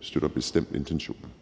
støtter bestemt intentionen.